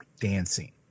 dancing